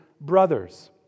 brothers